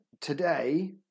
today